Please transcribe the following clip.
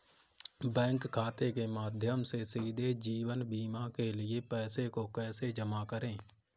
Bank खाते के माध्यम से सीधे जीवन बीमा के लिए पैसे को कैसे जमा करें?